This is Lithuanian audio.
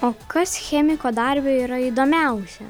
o kas chemiko darbe yra įdomiausia